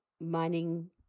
mining